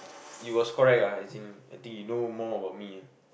you was correct ah as in I think you know more about me ah